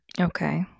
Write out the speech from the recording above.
Okay